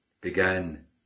began